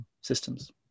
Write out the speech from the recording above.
systems